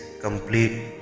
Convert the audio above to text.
complete